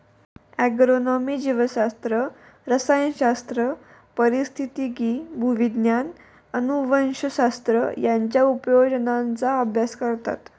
agronomy जीवशास्त्र, रसायनशास्त्र, पारिस्थितिकी, भूविज्ञान, अनुवंशशास्त्र यांच्या उपयोजनांचा अभ्यास करतात